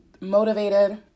motivated